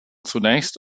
zunächst